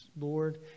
Lord